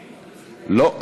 לא.